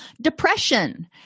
Depression